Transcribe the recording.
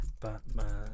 Batman